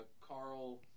carl